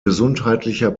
gesundheitlicher